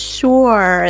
sure